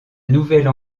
nouvelle